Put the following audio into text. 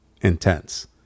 intense